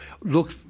Look